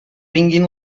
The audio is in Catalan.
vinguen